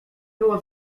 było